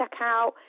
checkout